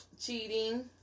cheating